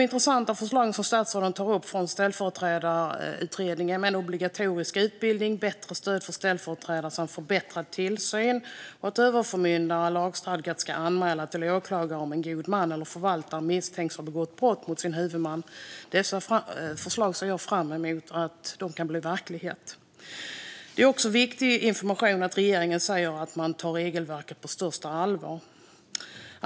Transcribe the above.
Statsrådet tar upp intressanta förslag från Ställföreträdarutredningen med obligatorisk utbildning, bättre stöd för ställföreträdare samt förbättrad tillsyn och att överförmyndaren lagstadgat ska anmäla till åklagare om en god man eller förvaltare misstänks ha begått brott mot sin huvudman. Jag ser fram emot att dessa förslag kan bli verklighet. Att regeringen säger att man tar regelverket på största allvar är också viktig information.